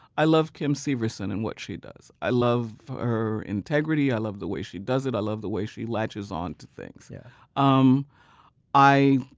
i love kim severson and what she does. i love her integrity. i love the way she does it. i love the way she latches onto things. yeah um i